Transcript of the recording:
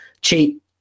cheap